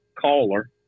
caller